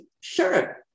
sure